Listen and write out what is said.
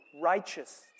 righteous